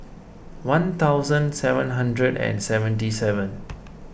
one thousand seven hundred and seventy seven